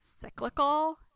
cyclical